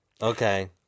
Okay